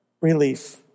relief